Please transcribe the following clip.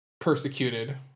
persecuted